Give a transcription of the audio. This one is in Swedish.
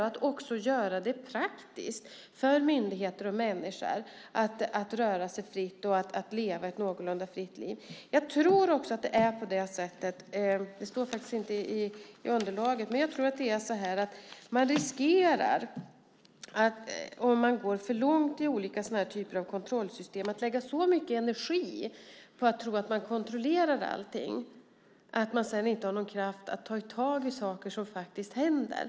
Man måste också göra det praktiskt för myndigheter och människor att röra sig fritt och att leva ett någorlunda fritt liv. Detta står inte i underlaget, men jag tror också att om man går för långt i olika typer av kontrollsystem riskerar man att lägga så mycket energi på att tro att man kontrollerar allting att man sedan inte har någon kraft att ta tag i saker som faktiskt händer.